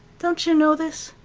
don't you know this?